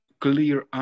clear